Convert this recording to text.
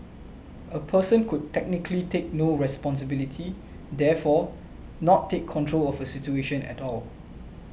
a person could technically take no responsibility therefore not take control of a situation at all